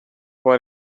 what